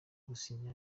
gusinya